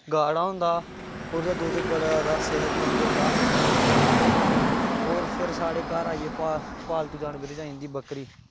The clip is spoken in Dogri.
गाढ़ा होंदा होर एह्दे दुद्ध बड़ा जादा सेह्तमंद होंदा लोकें आस्तै होर फिर साढ़े घर आइयै पा पालतू जानवरें च आई जंदी बकरी